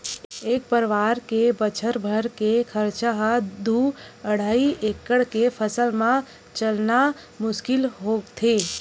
एक परवार के बछर भर के खरचा ह दू अड़हई एकड़ के फसल म चलना मुस्कुल होथे